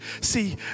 See